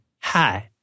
hi